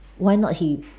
why not he